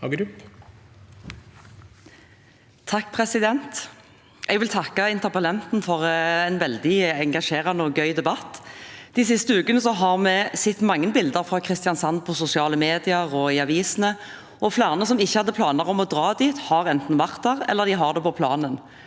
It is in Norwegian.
(H) Jeg vil takke inter- pellanten for en veldig engasjerende og gøy debatt. De siste ukene har vi sett mange bilder fra Kristiansand på sosiale medier og i avisene, og flere som ikke hadde planer om å dra dit, har enten vært der eller har det på planen.